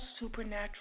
supernatural